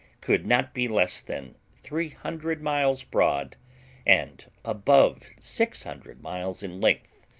could not be less than three hundred miles broad and above six hundred miles in length,